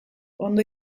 ondo